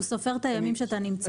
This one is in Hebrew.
הוא סופר את הימים שאתה נמצא.